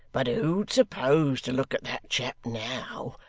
but who'd suppose to look at that chap now,